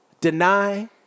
Deny